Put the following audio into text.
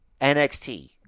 NXT